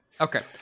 Okay